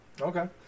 Okay